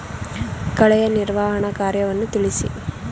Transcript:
ಕಳೆಯ ನಿರ್ವಹಣಾ ಕಾರ್ಯವನ್ನು ತಿಳಿಸಿ?